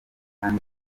kandi